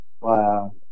Wow